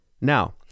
Now